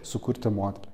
sukurti modelį